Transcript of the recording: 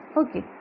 okay